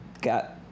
got